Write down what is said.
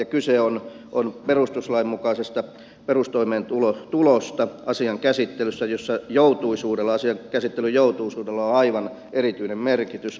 kyse on perustuslain mukaisesta perustoimeentulosta jossa asian käsittelyn joutuisuudella on aivan erityinen merkitys